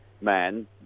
man